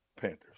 Panthers